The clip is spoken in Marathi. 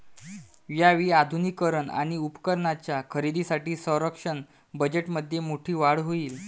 यावेळी आधुनिकीकरण आणि उपकरणांच्या खरेदीसाठी संरक्षण बजेटमध्ये मोठी वाढ होईल